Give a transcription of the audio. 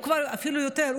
אפילו יותר,